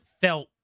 felt